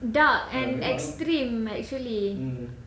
dark and extreme actually